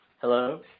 Hello